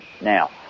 now